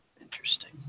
Interesting